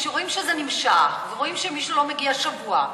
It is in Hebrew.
כשרואים שזה נמשך ורואים שמישהו לא מגיע שבוע,